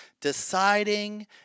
deciding